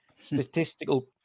statistical